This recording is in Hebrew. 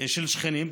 בין שכנים,